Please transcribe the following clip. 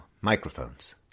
Microphones